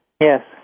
Yes